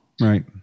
Right